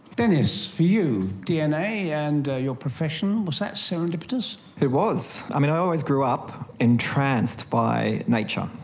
dennis, for you, dna and your profession, was that serendipitous? it was. i mean, i always grew up entranced by nature,